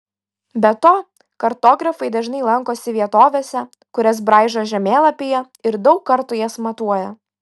be to kartografai dažnai lankosi vietovėse kurias braižo žemėlapyje ir daug kartų jas matuoja